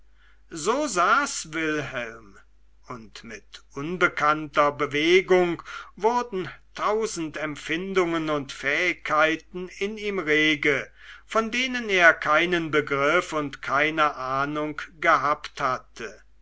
so saß wilhelm und mit unbekannter bewegung wurden tausend empfindungen und fähigkeiten in ihm rege von denen er keinen begriff und keine ahnung gehabt hatte